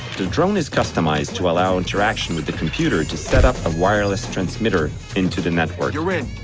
the drone is customized to allow interaction with the computer to set up a wireless transmitter into the network. you're in.